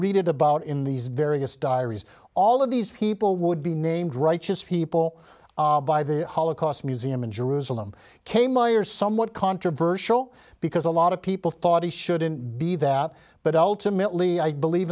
read about in these various diaries all of these people would be named righteous people by the holocaust museum in jerusalem came by are somewhat controversial because a lot of people thought he shouldn't be that but